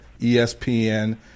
ESPN